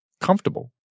comfortable